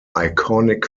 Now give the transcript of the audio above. iconic